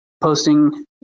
posting